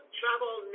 travel